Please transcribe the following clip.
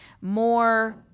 More